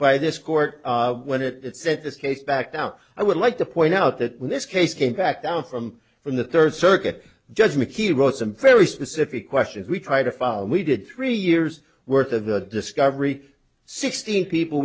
by this court when it said this case backed out i would like to point out that when this case came back down from from the third circuit judge mckee wrote some very specific questions we try to follow and we did three years worth of the discovery sixteen people